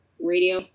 radio